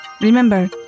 Remember